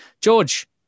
George